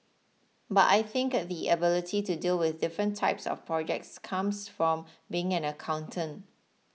but I think the ability to deal with different types of projects comes from being an accountant